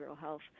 health